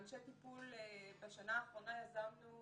אנשי טיפול, בשנה האחרונה יזמנו